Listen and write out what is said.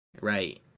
right